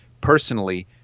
Personally